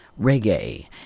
reggae